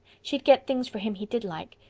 she'd get things for him he did like.